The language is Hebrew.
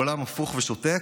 עולם הפוך ושותק,